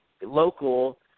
local –